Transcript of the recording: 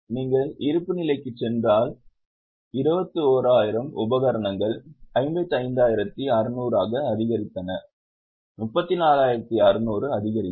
நீங்கள் இருப்புநிலைக்குச் சென்றால் 21000 உபகரணங்கள் 55600 ஆக அதிகரித்தன 34600 அதிகரிப்பு